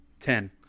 Ten